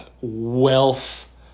wealth